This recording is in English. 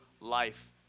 life